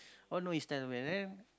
all know he's